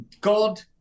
God